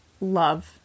love